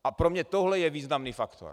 A pro mě tohle je významný faktor.